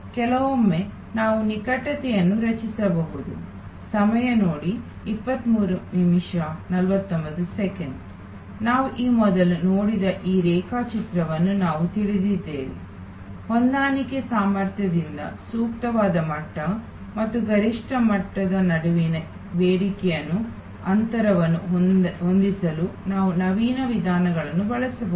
ಕೆಲವೊಮ್ಮೆ ನಾವು ನಿಕಟತೆಯನ್ನು ರಚಿಸಬಹುದು ನಾವು ಈ ಮೊದಲು ನೋಡಿದ ಈ ರೇಖಾಚಿತ್ರವನ್ನು ನಾವು ತಿಳಿದಿದ್ದೇವೆ ಹೊಂದಾಣಿಕೆ ಸಾಮರ್ಥ್ಯದಿಂದ ಸೂಕ್ತವಾದ ಮಟ್ಟ ಮತ್ತು ಗರಿಷ್ಠ ಮಟ್ಟದ ನಡುವಿನ ಬೇಡಿಕೆಯ ಅಂತರವನ್ನು ಹೊಂದಿಸಲು ನಾವು ನವೀನ ವಿಧಾನಗಳನ್ನು ಬಳಸಬಹುದು